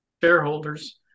shareholders